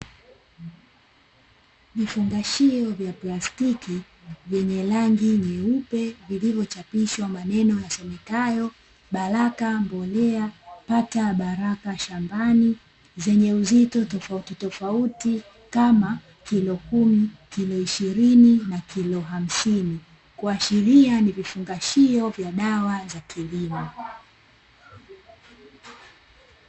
Vifungashio vya plastiki vyenye rangi nyeupe, viivyochapishwa maneno yasomekayo "Baraka mbolea pata baraka shambani" zenye uzito tofautitofauti kama kilo kumi, kilo ishirini na kilo hamsini kuashiria ni vifungashio vya dawa za kilimo.